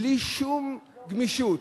בלי שום גמישות